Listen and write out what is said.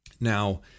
now